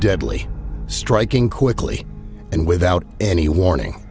deadly striking quickly and without any warning